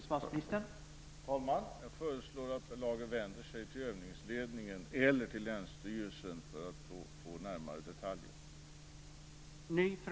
Herr talman! Jag föreslår att Per Lager vänder sig till övningsledningen eller till länsstyrelsen för att få närmare detaljer.